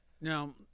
Now